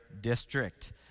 district